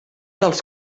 dels